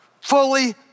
fully